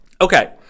Okay